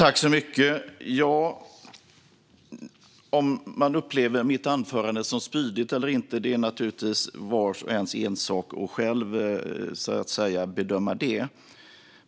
Fru talman! Om mitt anförande var spydigt eller inte är naturligtvis vars och ens ensak att själv bedöma.